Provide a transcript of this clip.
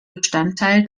bestandteil